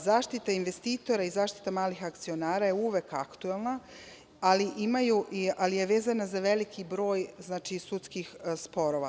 Zaštita investitora i zaštita malih akcionara je uvek aktuelna, ali je vezano za veliki broj, znači sudskih sporova.